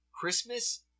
Christmas